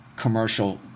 commercial